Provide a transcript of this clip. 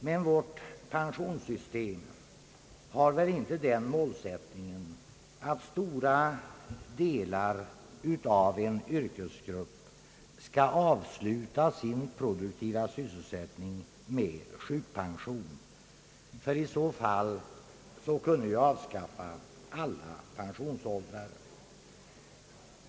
Men vårt pensionssystem har väl inte den målsättningen, att stora delar av en yrkesgrupp skall avsluta sin produktiva sysselsättning med sjukpension? Om så vore fallet kunde vi avskaffa alla pensionsåldrar.